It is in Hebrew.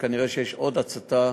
כנראה יש עוד הצתה,